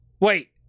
wait